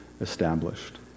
established